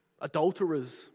adulterers